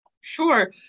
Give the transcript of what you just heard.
Sure